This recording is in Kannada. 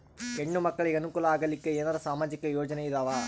ಹೆಣ್ಣು ಮಕ್ಕಳಿಗೆ ಅನುಕೂಲ ಆಗಲಿಕ್ಕ ಏನರ ಸಾಮಾಜಿಕ ಯೋಜನೆ ಇದಾವ?